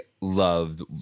loved